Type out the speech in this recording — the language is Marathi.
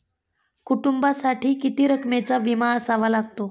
कुटुंबासाठी किती रकमेचा विमा असावा लागतो?